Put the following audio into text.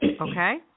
Okay